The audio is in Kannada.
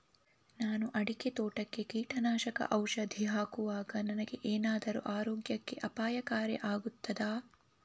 ನಾನು ಅಡಿಕೆ ತೋಟಕ್ಕೆ ಕೀಟನಾಶಕ ಔಷಧಿ ಹಾಕುವಾಗ ನನಗೆ ಏನಾದರೂ ಆರೋಗ್ಯಕ್ಕೆ ಅಪಾಯಕಾರಿ ಆಗುತ್ತದಾ?